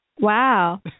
Wow